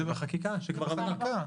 זה בחקיקה שכבר עברה.